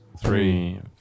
Three